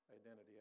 identity